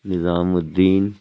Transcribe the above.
نظام الدین